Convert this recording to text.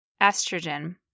estrogen